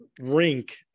rink